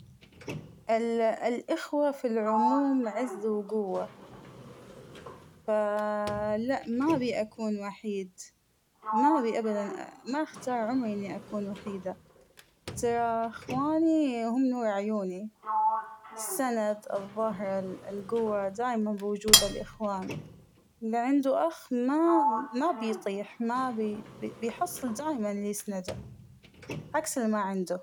ال الأخوة فى العموم غز وقوة ، ف لا مأبى أكون وحيد ، مأبى أبدا ما اختار عمرى أكون وحيدة ، ترى أخوانى هم نور عيونى ، السند الظهر القوة دايماً بوجود الأخوان ، اللى عنده اخ ما ما بيطيح ما بي بيحصل دايماً اللى يسنده عكس اللى ما عنده.